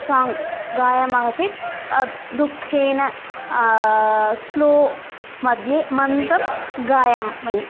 song गायामः चेत् दुःखेन स्लोमध्ये मन्दं गायामि मयि